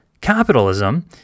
Capitalism